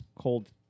cold